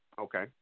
okay